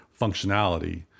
functionality